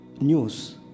news